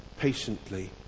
Patiently